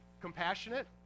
Compassionate